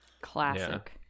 Classic